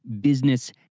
business